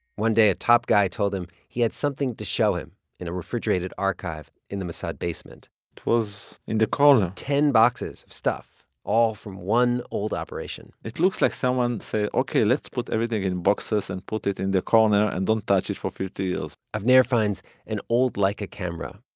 one day, a top guy told him he had something to show him in a refrigerated archive in the mossad basement it was in the corner ten boxes of stuff, all from one old operation it looks like someone said, ok, let's put everything in boxes, and put it in the corner. and don't touch it for fifty years. avner finds an old leica camera,